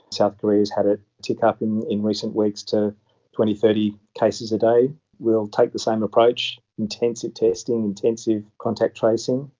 south korea has had a tick-up in in recent weeks to twenty, thirty cases a day. we will take the same approach, intensive testing, intensive contact tracing,